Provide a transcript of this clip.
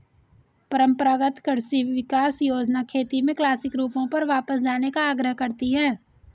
परम्परागत कृषि विकास योजना खेती के क्लासिक रूपों पर वापस जाने का आग्रह करती है